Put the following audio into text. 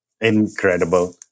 Incredible